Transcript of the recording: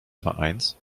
vereins